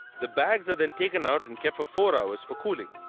the bags are then taken out and kept for four hours for cooling.